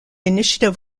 initiative